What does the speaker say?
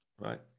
right